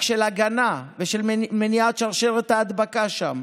של הגנה ושל מניעת שרשרת ההדבקה שם,